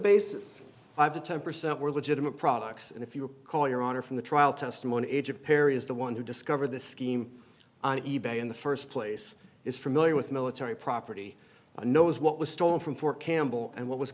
basis of a ten percent were legitimate products and if you call your honor from the trial testimony age of perry is the one who discovered the scheme on e bay in the first place is familiar with military property and knows what was stolen from fort campbell and what was